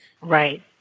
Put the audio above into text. Right